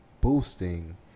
boosting